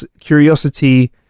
curiosity